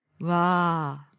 Wow